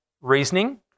reasoning